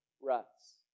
ruts